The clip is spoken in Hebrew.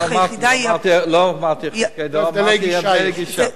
לא אמרתי חילוקי דעות, אמרתי הבדלי גישה.